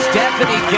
Stephanie